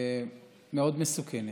מאוד מסוכנת.